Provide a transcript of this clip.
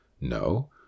No